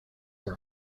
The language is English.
are